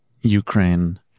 Ukraine